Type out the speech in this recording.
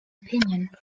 opinion